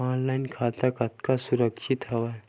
Online खाता कतका सुरक्षित हवय?